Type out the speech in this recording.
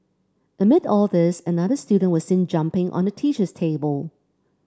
amid all this another student was seen jumping on the teacher's table